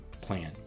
plan